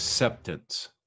Acceptance